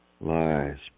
lies